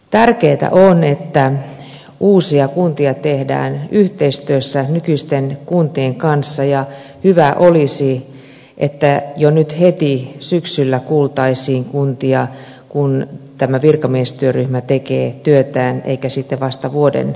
tärkeätä on että uusia kuntia tehdään yhteistyössä nykyisten kuntien kanssa ja hyvä olisi että jo nyt heti syksyllä kuultaisiin kuntia kun tämä virkamiestyöryhmä tekee työtään eikä sitten vasta vuodenvaihteessa